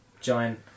giant